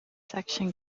section